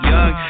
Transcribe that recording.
Young